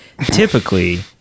Typically